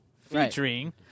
featuring